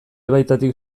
baitatik